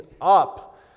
up